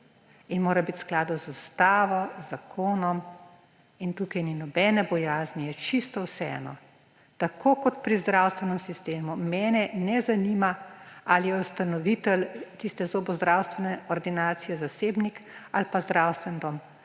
in mora biti v skladu z ustavo, z zakonom. Tukaj ni nobene bojazni, je čisto vseeno. Tako kot pri zdravstvenem sistemu mene ne zanima, ali je ustanovitelj tiste zobozdravstvene ordinacije zasebnik ali pa zdravstveni dom.